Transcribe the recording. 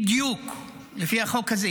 בדיוק, לפי החוק הזה.